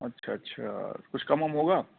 اچھا اچھا کچھ کم وم ہوگا